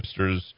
hipsters